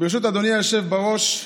ברשות אדוני היושב בראש,